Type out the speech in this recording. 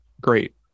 Great